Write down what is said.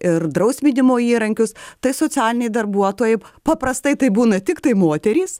ir drausminimo įrankius tai socialiniai darbuotojai paprastai tai būna tiktai moterys